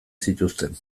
zituzten